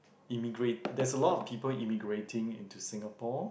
immigrate there's a lot of people immigrating into Singapore